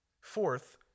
Fourth